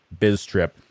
BizTrip